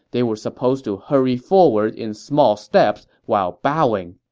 they were supposed to hurry forward in small steps while bowing.